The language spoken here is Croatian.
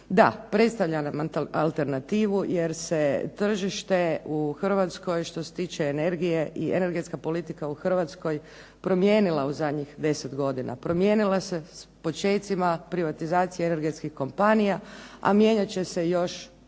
Da, predstavlja nam alternativu jer se tržište u Hrvatskoj što se tiče energije i energetska politika u Hrvatskoj promijenila u zadnjih 10 godina, promijenila se počecima privatizacije energetskih kompanija, a mijenjat će se još